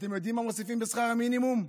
אתם יודעים מה מוסיפים בשכר המינימום?